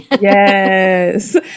Yes